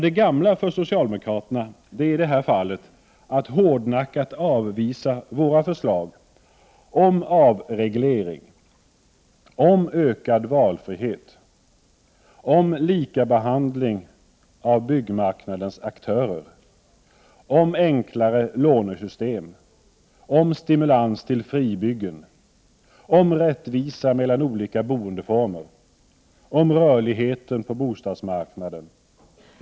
Det gamla för socialdemokraterna är i detta fall att hårdnackat avvisa våra förslag om avreglering, om ökad valfrihet, om likabehandling av byggmarknadens aktörer, om enklare lånesystem, om stimulans till fribyggen, om rättvisa mellan olika boendeformer, om rörligheten på bostadsmarknaden.